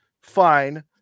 fine